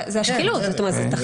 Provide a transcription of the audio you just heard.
כן, זה השקילות, זאת אומרת זה תחליפי.